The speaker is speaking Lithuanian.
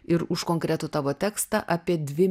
ir už konkretų tavo tekstą apie dvi